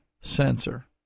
sensor